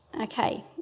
Okay